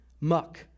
muck